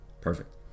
Perfect